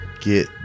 get